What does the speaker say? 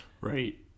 Right